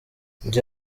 njye